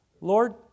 Lord